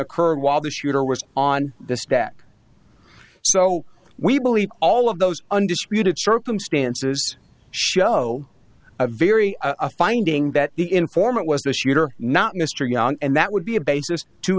occurred while the shooter was on the stack so we believe all of those undisputed circumstances show a very a finding that the informant was the shooter not mr young and that would be a basis to